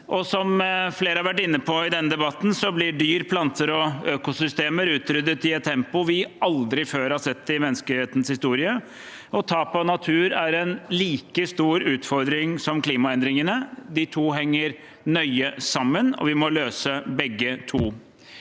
Som flere har vært inne på i denne debatten, blir dyr, planter og økosystemer utryddet i et tempo vi aldri før har sett i menneskehetens historie, og tap av natur er en like stor utfordring som klimaendringene. De to henger nøye sammen, og vi må løse begge to.